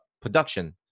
production